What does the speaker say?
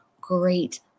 great